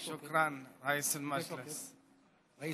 (בערבית: תודה, יושב-ראש הישיבה.) (בערבית: